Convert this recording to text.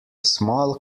small